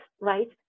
right